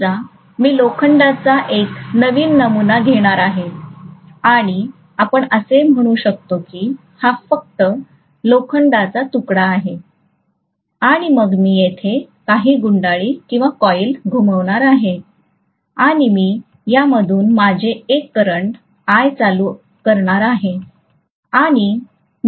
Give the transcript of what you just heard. समजा मी लोखंडाचा एक नवीन नमुना घेणार आहे आणि आपण असे म्हणू शकतो की हा फक्त लोखंडाचा तुकडा आहे आणि मग मी येथे काही गुंडाळी घुमावणार आहे आणि मी यामधून माझे एक करंट I चालू करणार आहे